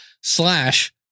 slash